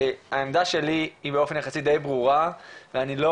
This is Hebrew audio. העמדה שלי היא באופן יחסי די ברורה ואני לא